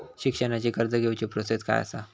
शिक्षणाची कर्ज घेऊची प्रोसेस काय असा?